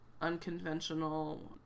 unconventional